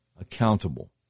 Accountable